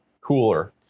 cooler